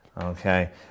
Okay